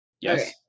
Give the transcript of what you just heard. Yes